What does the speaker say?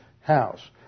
house